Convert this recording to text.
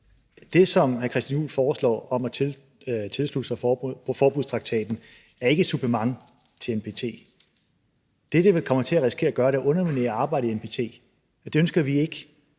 Det, som hr. Christian Juhl foreslår med at tilslutte sig forbudstraktaten, er ikke et supplement til NPT. Det, som det vil risikere at gøre, er at underminere arbejdet i NPT. Det ønsker vi ikke.